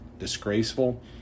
disgraceful